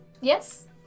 yes